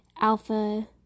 alpha